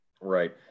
Right